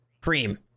cream